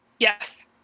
yes